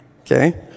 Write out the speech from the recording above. Okay